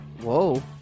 Whoa